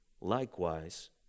likewise